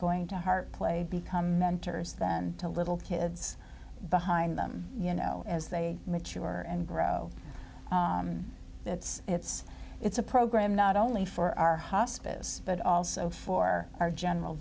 going to heart play become mentors then to little kids behind them you know as they mature and grow it's it's it's a program not only for our hospice but also for our general